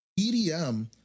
EDM